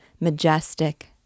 majestic